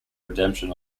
redemption